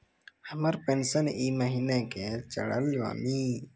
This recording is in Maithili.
हमर पेंशन ई महीने के चढ़लऽ बानी?